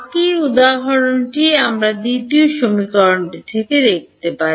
বাকিটি এখন কী হবে তা দ্বিতীয় সমীকরণটি বোঝায়